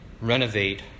renovate